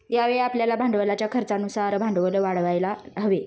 यावेळी आपल्याला भांडवलाच्या खर्चानुसार भांडवल वाढवायला हवे